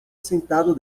sentado